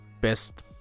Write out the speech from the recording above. best